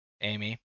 Amy